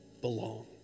belong